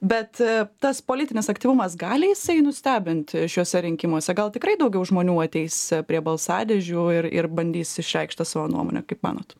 bet tas politinis aktyvumas gali jisai nustebinti šiuose rinkimuose gal tikrai daugiau žmonių ateis prie balsadėžių ir ir bandys išreikšti savo nuomonę kaip manot